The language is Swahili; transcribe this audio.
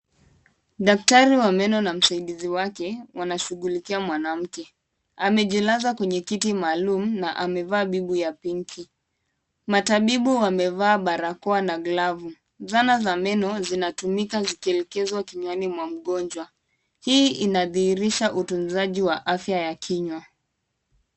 Daktari wa meno na msaidizi wake wanashughulikia mwanamke. Amejilaza kwenye kiti maalum na amevaa bibwi ya pinki. Matabibu wamevaa barakoa na glavu. Zana za neno zinatumika zikielekezwa kinywani mwa mgonjwa. Hii inadhihirisha utunzaji wa afya ya kinywa.